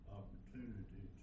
opportunity